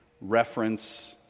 reference